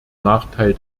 nachteil